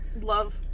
love